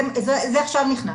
זה עכשיו נכנס.